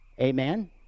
amen